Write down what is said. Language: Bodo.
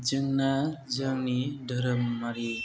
जोंना जोंनि धोरोमारि